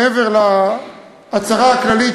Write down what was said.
מעבר להצהרה הכללית,